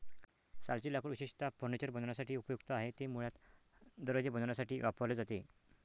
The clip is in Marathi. सालचे लाकूड विशेषतः फर्निचर बनवण्यासाठी उपयुक्त आहे, ते मुळात दरवाजे बनवण्यासाठी वापरले जाते